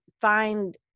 find